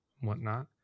whatnot